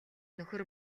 нөхөр